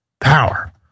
power